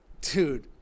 Dude